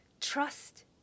trust